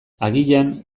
agian